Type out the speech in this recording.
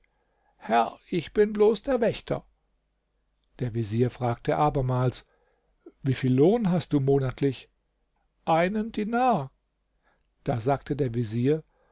herr ich bin bloß der wächter der vezier fragte abermals wieviel lohn hast du monatlich einen dinar da sagte der vezier